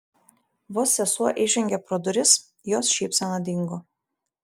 vos sesuo įžengė pro duris jos šypsena dingo